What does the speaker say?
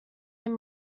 him